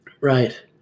Right